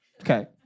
Okay